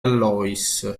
lois